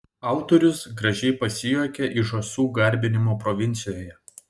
autorius gražiai pasijuokia iš žąsų garbinimo provincijoje